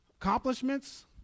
Accomplishments